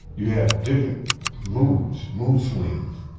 you have different moods, mood swings.